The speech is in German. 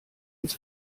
ins